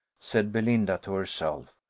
said belinda to herself,